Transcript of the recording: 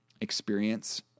experience